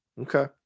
Okay